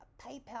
PayPal